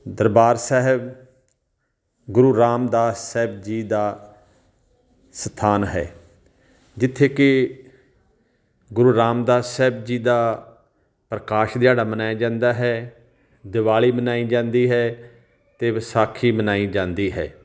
ਦਰਬਾਰ ਸਾਹਿਬ ਗੁਰੂ ਰਾਮਦਾਸ ਸਾਹਿਬ ਜੀ ਦਾ ਸਥਾਨ ਹੈ ਜਿੱਥੇ ਕਿ ਗੁਰੂ ਰਾਮਦਾਸ ਸਾਹਿਬ ਜੀ ਦਾ ਪ੍ਰਕਾਸ਼ ਦਿਹਾੜਾ ਮਨਾਇਆ ਜਾਂਦਾ ਹੈ ਦਿਵਾਲੀ ਮਨਾਈ ਜਾਂਦੀ ਹੈ ਅਤੇ ਵਿਸਾਖੀ ਮਨਾਈ ਜਾਂਦੀ ਹੈ